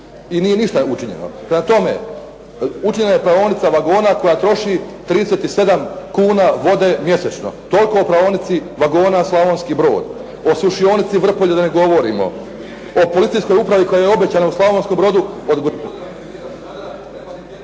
i nije ništa učinjeno. Prema tome, učinjena je Praonica vagona koja troši 37 kuna vode mjesečno, toliko o Praonici vagona Slavonski Brod. O Sušionici Vrpolje da ne govorimo. O policijskoj upravi koja je obećana u Slavonskom Brodu .../Govornik